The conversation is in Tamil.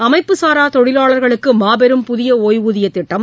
அமைப்புசாரா தொழிலாளா்களுக்கு மாபெரும் புதிய ஓய்வூதியத் திட்டம்